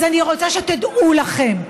אז אני רוצה שתדעו לכם,